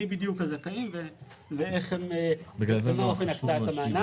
מי בדיוק הזכאים ומה אופן הקצאת המענק.